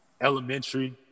elementary